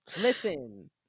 Listen